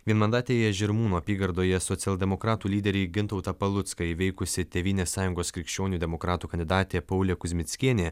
vienmandatėje žirmūnų apygardoje socialdemokratų lyderį gintautą palucką įveikusi tėvynės sąjungos krikščionių demokratų kandidatė paulė kuzmickienė